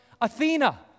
Athena